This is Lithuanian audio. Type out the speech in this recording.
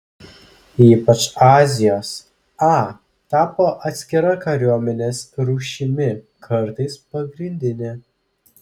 ypač azijos a tapo atskira kariuomenės rūšimi kartais pagrindine